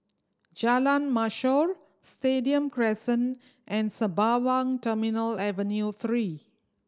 Jalan Mashor Stadium Crescent and Sembawang Terminal Avenue Three